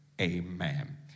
Amen